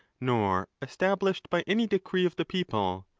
nor established by any decree of the people,